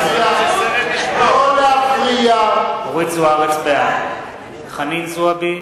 זוארץ, בעד חנין זועבי,